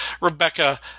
Rebecca